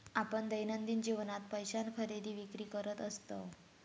आपण दैनंदिन जीवनात पैशान खरेदी विक्री करत असतव